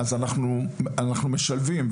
אנחנו משלבים,